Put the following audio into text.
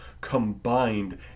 combined